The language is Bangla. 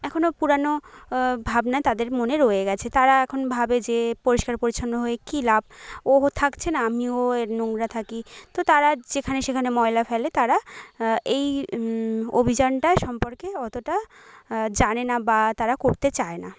এখনও পুরানো ভাবনাই তাদের মনে রয়ে গেছে তারা এখন ভাবে যে পরিষ্কার পরিছন্ন হয়ে কি লাভ ও থাকছে না আমিও নোংরা থাকি তো তারা যেখানে সেখানে ময়লা ফেলে তারা এই অভিযানটার সম্পর্কে অতোটা জানেনা বা তারা করতে চায় না